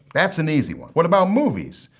that's an easy one. what about movies?